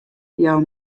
jou